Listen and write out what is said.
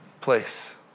place